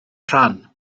rhan